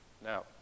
Now